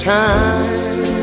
time